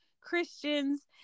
Christians